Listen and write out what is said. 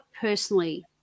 personally